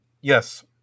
Yes